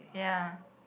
ya